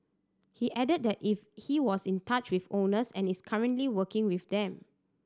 he added that it he was in touch with owners and is currently working with them